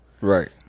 Right